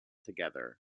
together